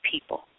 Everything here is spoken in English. people